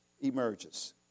emerges